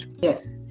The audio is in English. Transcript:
Yes